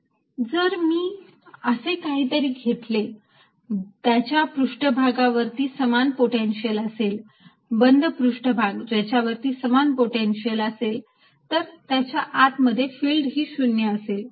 dS V2dV0 or V0 जर मी असे काहीतरी घेतले त्याच्या पृष्ठभागावरती समान पोटेन्शिअल असेल बंद पृष्ठभाग ज्याच्यावरती समान पोटेन्शिअल असेल तर त्याच्या आत मध्ये फिल्ड ही 0 असेल